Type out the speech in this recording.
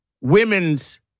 women's